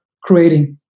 creating